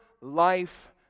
life